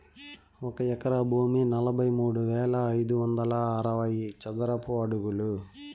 ఒక ఎకరా భూమి నలభై మూడు వేల ఐదు వందల అరవై చదరపు అడుగులు